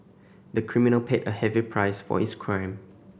the criminal paid a heavy price for his crime